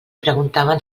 preguntaven